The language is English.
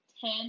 ten